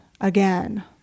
again